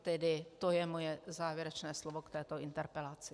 Tedy to je moje závěrečné slovo k této interpelaci.